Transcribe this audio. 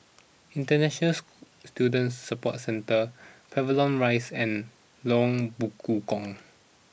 International Student Support Centre Pavilion Rise and Lorong Bekukong